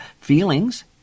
Feelings